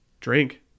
drink